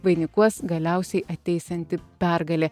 vainikuos galiausiai ateisianti pergalė